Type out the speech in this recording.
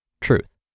Truth